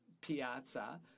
Piazza